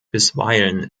bisweilen